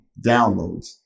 downloads